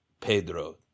Pedro